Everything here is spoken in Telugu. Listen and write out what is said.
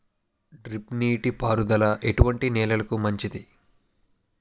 డ్రిప్ నీటి పారుదల ఎటువంటి నెలలకు మంచిది?